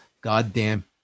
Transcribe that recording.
goddamn